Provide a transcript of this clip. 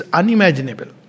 unimaginable